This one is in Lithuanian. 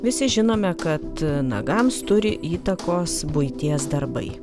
visi žinome kad nagams turi įtakos buities darbai